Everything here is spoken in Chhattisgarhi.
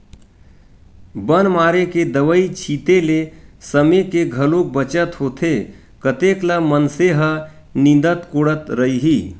बन मारे के दवई छिते ले समे के घलोक बचत होथे कतेक ल मनसे ह निंदत कोड़त रइही